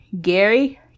Gary